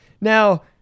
Now